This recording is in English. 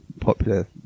popular